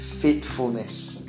faithfulness